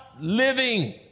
living